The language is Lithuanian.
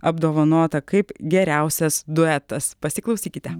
apdovanota kaip geriausias duetas pasiklausykite